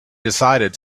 decided